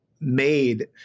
made